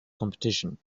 competition